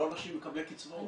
לא אנשים מקבלי קצבאות.